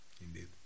indeed